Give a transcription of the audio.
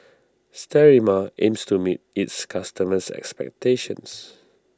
Sterimar aims to meet its customers' expectations